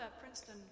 Princeton